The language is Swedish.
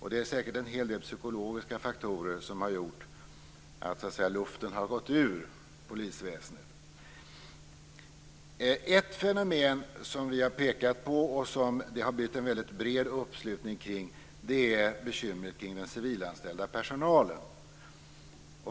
Det är säkert en hel del psykologiska faktorer som gjort att luften har gått ur polisväsendet. Ett fenomen som vi har pekat på och som det har blivit bred uppslutning kring är bekymret kring den civilanställda personalen.